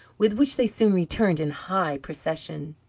with which they soon returned in high procession.